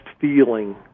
feeling